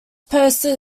posted